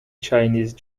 chinese